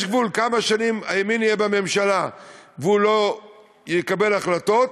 יש גבול לכמה שנים הימין יהיה בממשלה והוא יקבל החלטות,